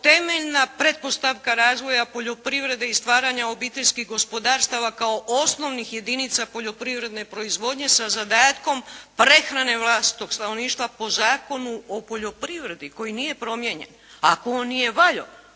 temeljna pretpostavka razvoja poljoprivrede i stvaranja obiteljskih gospodarstava kao osnovnih jedinica poljoprivredne proizvodnje sa zadatkom prehrane vlastitog stanovništva po Zakonu o poljoprivredi, koji nije promijenjen. Ako on nije valjao